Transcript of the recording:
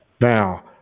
Now